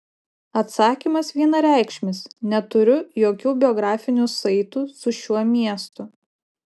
atsakymas vienareikšmis neturiu jokių biografinių saitų su šiuo miestu